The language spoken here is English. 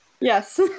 Yes